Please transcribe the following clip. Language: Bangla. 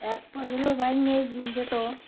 এক পা গেলেও বাইক নিয়ে যেত